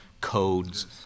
codes